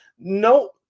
No